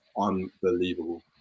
unbelievable